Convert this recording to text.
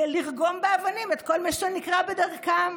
לרגום באבנים את כל מי שנקרה בדרכם.